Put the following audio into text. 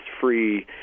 free